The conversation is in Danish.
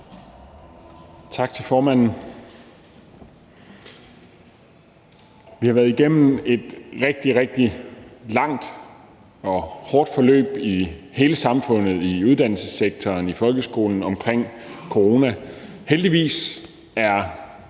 Tak til formanden. Vi har været igennem et rigtig, rigtig langt og hårdt forløb i hele samfundet og i uddannelsessektoren og i folkeskolen omkring corona. Heldigvis er